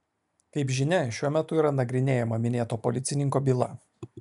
kaip žinia šiuo metu yra nagrinėjama minėto policininko byla